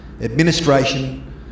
administration